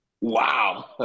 Wow